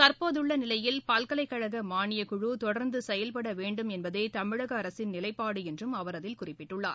தற்போதுள்ள நிலையில் பல்கலைக்கழக மானியக்குழு தொடர்ந்து செயல்பட வேண்டும் என்பதே தமிழக அரசின் நிலைப்பாடு என்றும் அவர் அதில் குறிப்பிட்டுள்ளார்